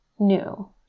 new